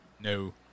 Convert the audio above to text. No